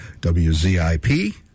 WZIP